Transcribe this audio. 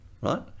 right